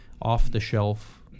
off-the-shelf